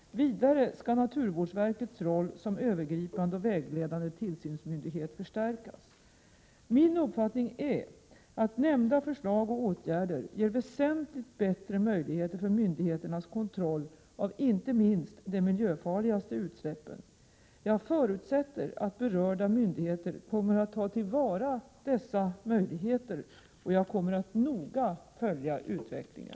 Vidare skall naturvårdsverkets roll som övergripande och vägledande tillsynsmyndighet förstärkas. Min uppfattning är att nämnda förslag och åtgärder ger väsentligt bättre möjligheter för myndigheternas kontroll av inte minst de miljöfarligaste utsläppen. Jag förutsätter att berörda myndigheter kommer att ta till vara dessa möjligheter, och jag kommer att noga följa utvecklingen.